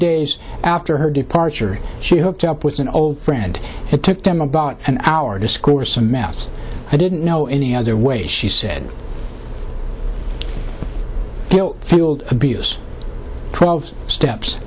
days after her departure she hooked up with an old friend it took them about an hour to score some math i didn't know any other way she said field abuse twelve steps